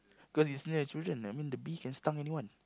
cause he's near the children I mean the bee can stung anyone